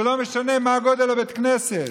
ולא משנה מה גודל בית הכנסת.